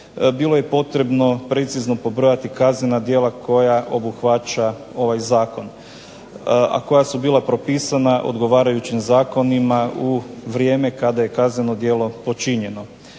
bilo je potrebno precizno pobrojati kaznena djela koja obuhvaća ovaj zakon, a koja su bila propisana odgovarajućim zakonima u vrijeme kada je kazneno djelo počinjeno.